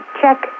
check